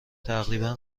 تقریبا